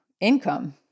income